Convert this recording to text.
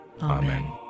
Amen